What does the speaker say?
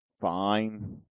fine